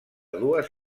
dues